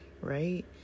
right